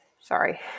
sorry